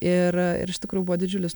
ir ir iš tikrųjų buvo didžiulis